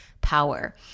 power